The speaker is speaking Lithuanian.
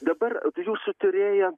dabar jūsų tyrėja